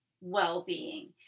well-being